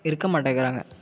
இருக்க மாட்டேங்கிறாங்க